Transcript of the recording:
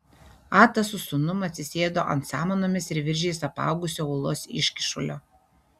atas su sūnum atsisėdo ant samanomis ir viržiais apaugusio uolos iškyšulio